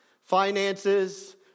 finances